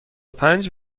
پنج